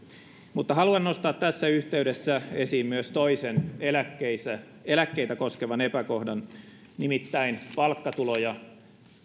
mutta haluan nostaa tässä yhteydessä esiin myös toisen eläkkeitä eläkkeitä koskevan epäkohdan nimittäin palkkatuloja